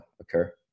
occur